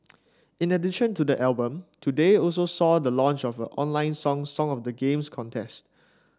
in addition to the album today also saw the launch of online Song Song of the Games contest